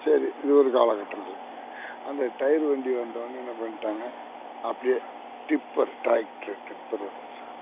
சரி இது ஒரு காலக்கட்டம் அந்த டயர் வண்டி வந்தவொனே என்ன பண்ணி விட்டாங்க அப்படியே ட்ப்பர் ட்ராக்ட்ரு ட்ப்பர் வந்துருச்சிங்க